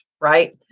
Right